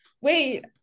wait